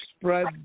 spread